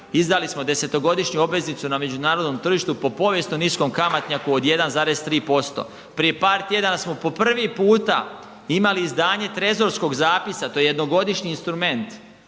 izdali smo 10-godišnju obveznicu na međunarodnom tržištu po povijesno niskom kamatnjaku od 1,3%. Prije par tjedana smo po prvi puta imali izdanje trezorskog zapisa, to je jednogodišnji instrument